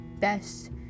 best